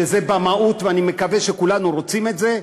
שזה במהות ואני מקווה שכולנו רוצים את זה,